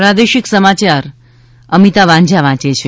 પ્રાદેશિક સમાચાર અમિતા વાંઝા વાંચે છે